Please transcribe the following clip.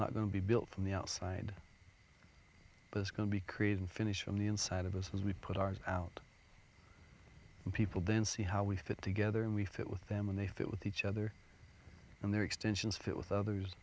not going to be built from the outside but it's going to be created and finish from the inside of us as we put ours out and people then see how we fit together and we fit with them and they fit with each other and their extensions fit with others